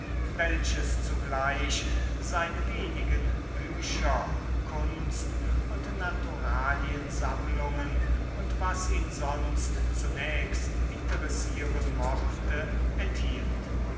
welches zugleich seine wenigen bücher kunst und naturaliensammlungen und was ihn sonst zunächst interessieren mochte enthielt